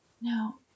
No